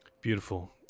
Beautiful